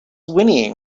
whinnying